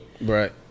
Right